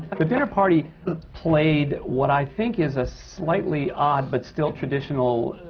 the dinner party played what i think is a slightly odd, but still traditional,